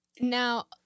Now